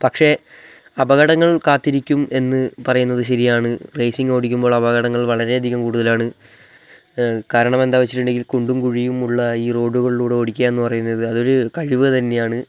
പക്ഷെ അപകടങ്ങൾ കാത്തിരിക്കും എന്ന് പറയുന്നത് ശരിയാണ് റേസിംഗ് ഓടിക്കുമ്പോൾ അപകടങ്ങൾ വളരെ അധികം കൂടുതലാണ് കാരണം എന്താണെന്ന് വെച്ചിട്ടുണ്ടെങ്കിൽ കുണ്ടും കുഴിയുമുള്ള ഈ റോഡുകളിലൂടെ ഓടിക്കുക എന്ന് പറയുന്നത് അതൊരു കഴിവ് തന്നെയാണ്